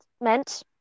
meant